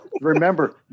remember